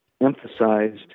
emphasized